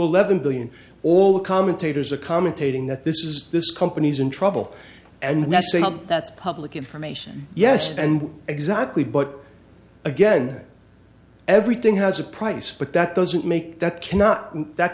eleven billion all the commentators a commentating that this is this company's in trouble and that's something that's public information yes and exactly but again everything has a price but that doesn't make that cannot that